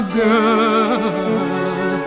girl